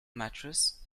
mattress